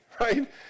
right